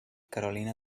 carolina